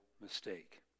mistake